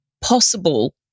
possible